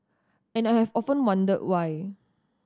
and I have often wondered why